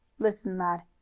listen, lad.